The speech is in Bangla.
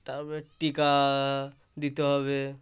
তার পরে টিকা দিতে হবে